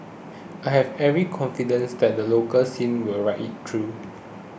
I have every confidence that the local scene will ride it through